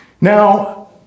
Now